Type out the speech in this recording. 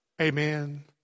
Amen